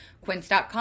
Quince.com